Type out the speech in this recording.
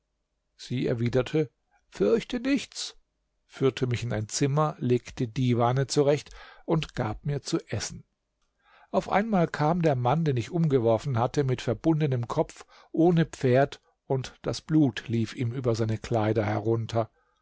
sie erwiderte fürchte nichts führte mich in ein zimmer legte divane zurecht und gab mir zu essen auf einmal kam der mann den ich umgeworfen hatte mit verbundenem kopf ohne pferd und das blut lief ihm über seine kleider herunter